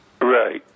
Right